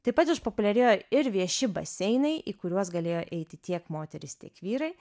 taip pat išpopuliarėjo ir vieši baseinai į kuriuos galėjo eiti tiek moterys tiek vyrai